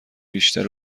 بیشتر